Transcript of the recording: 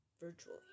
virtually